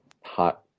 hot